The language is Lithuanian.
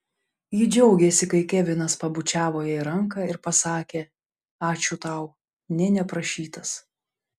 ji džiaugėsi kai kevinas pabučiavo jai ranką ir pasakė ačiū tau nė neprašytas